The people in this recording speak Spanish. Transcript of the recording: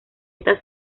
esta